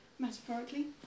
metaphorically